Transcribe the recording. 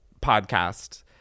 podcast